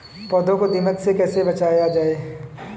पौधों को दीमक से कैसे बचाया जाय?